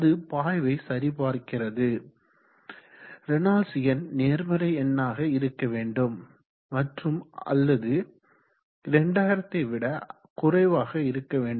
அது பாய்வை சரிபார்க்கிறது ரேனால்ட்ஸ் எண் நேர்மறை எண்ணாக இருக்க வேண்டும் மற்றும் அல்லது andor 2000 விட குறைவாக இருக்க வேண்டும்